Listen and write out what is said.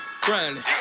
grinding